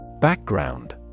Background